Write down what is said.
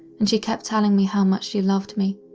and she kept telling me how much she loved me.